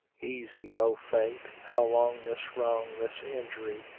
easy, o fate! how long this wrong, this injury,